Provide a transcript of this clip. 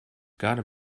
gotta